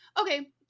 Okay